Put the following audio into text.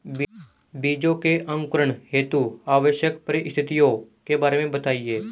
बीजों के अंकुरण हेतु आवश्यक परिस्थितियों के बारे में बताइए